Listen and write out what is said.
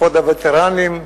כבוד הווטרנים,